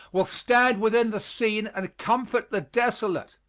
will stand within the scene and comfort the desolate.